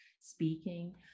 speaking